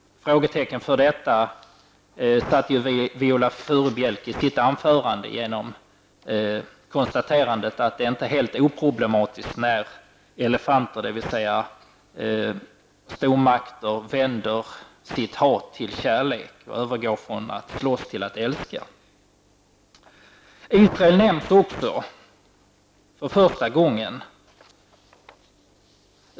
Här satte Viola Furubjelke i sitt anförande frågetecken genom att konstatera att det inte är helt oproblematiskt när elefanter, dvs. stormakter, vänder sitt hat till kärlek och övergår från att slåss till att älska. Israel nämns också, för första gången.